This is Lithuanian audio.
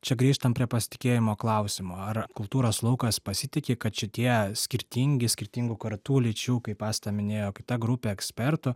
čia grįžtam prie pasitikėjimo klausimo ar kultūros laukas pasitiki kad šitie skirtingi skirtingų kartų lyčių kaip asta minėjo kita grupė ekspertų